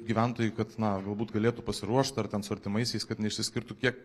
gyventojai kad na galbūt galėtų pasiruošt ar ten su artimaisiais kad neišsiskirtų kiek